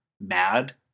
mad